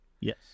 Yes